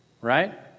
Right